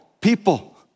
people